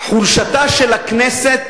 חולשתה של הכנסת